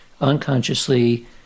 unconsciously